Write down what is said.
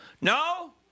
no